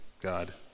God